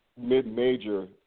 mid-major